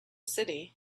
city